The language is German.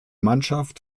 mannschaft